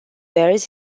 bears